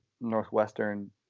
Northwestern –